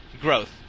growth